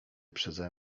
przeze